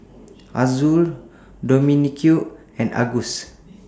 Azul Dominique and Angus